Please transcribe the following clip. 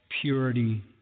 purity